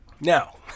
Now